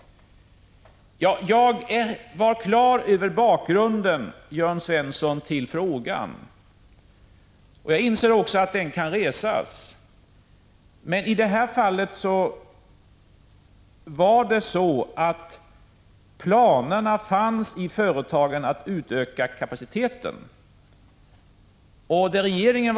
Jag var på det klara med bakgrunden till Jörn Svenssons fråga. Jag inser också att den kan resas. Men i det här fallet var det så att planerna att öka kapaciteten redan fanns i företagen.